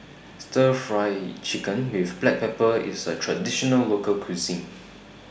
Stir Fry Chicken with Black Pepper IS A Traditional Local Cuisine